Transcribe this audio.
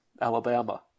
Alabama